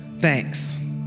Thanks